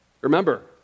Remember